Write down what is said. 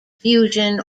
fusion